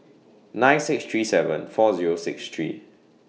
nine six three seven four Zero six three